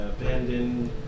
abandoned